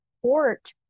support